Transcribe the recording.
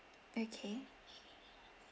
okay